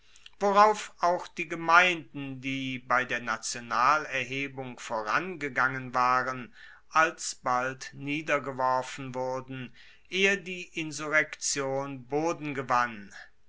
worauf auch die gemeinden die bei der nationalerhebung vorangegangen waren alsbald niedergeworfen wurden ehe die insurrektion boden gewann